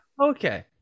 Okay